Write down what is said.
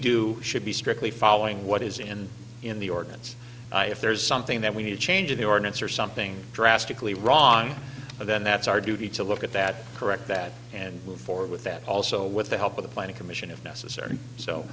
do should be strictly following what is in in the ordinance if there's something that we need a change in the ordinance or something drastically wrong and then that's our duty to look at that correct that and move forward with that also with the help of the planning commission if necessary so